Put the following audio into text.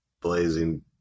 Blazing